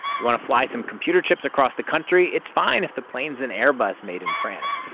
you want to fly some computer chips across the country, it's fine if the plane's and airbus made in france.